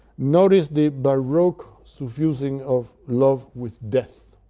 notice the baroque suffusing of love with death.